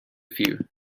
few